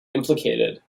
implicated